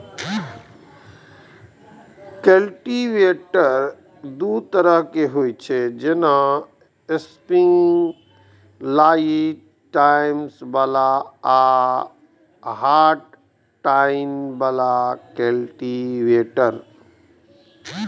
cultivator दू तरहक होइ छै, जेना स्प्रिंग लोडेड टाइन्स बला आ हार्ड टाइन बला कल्टीवेटर